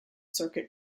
circuit